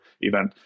event